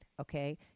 okay